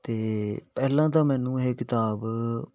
ਅਤੇ ਪਹਿਲਾਂ ਤਾਂ ਮੈਨੂੰ ਇਹ ਕਿਤਾਬ